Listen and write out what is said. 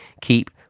keep